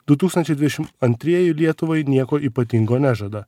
du tūkstančiai dvidešim antrieji lietuvai nieko ypatingo nežada